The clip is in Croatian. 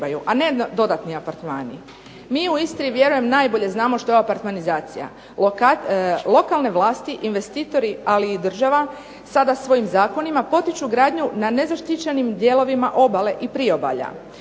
a ne dodatni apartmani. Mi u Istri vjerujem najbolje znamo što je apartmanizacija. Lokalne vlasti, investitori, ali i država sada svojim zakonima potiču gradnju na nezaštićenim dijelovima obale i priobalja.